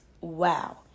Wow